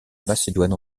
macédoine